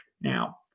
now